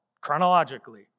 chronologically